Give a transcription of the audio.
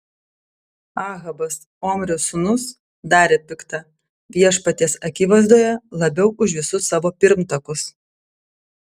ahabas omrio sūnus darė pikta viešpaties akivaizdoje labiau už visus savo pirmtakus